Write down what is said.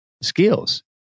skills